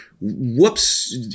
whoops